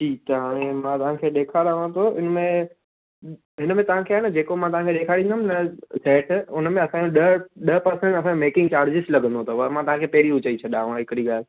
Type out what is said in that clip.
ठीकु आहे हाणे मां तव्हांखे ॾेखारांव थो इन में हिनमें तव्हांखे आहे न जे को बि मां तव्हांखे ॾेखारींदमि न सेट उनमें असांजो ॾह ॾह पर्सेंट असांजो मेकिंग चार्ज़िस लॻंदो अथव मां तव्हांखे पहिरीं हू चई छॾांव हिकिड़ी ॻाल्हि